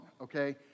okay